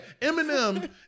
Eminem